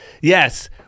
Yes